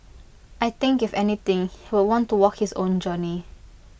I think if anything he would want to walk his own journey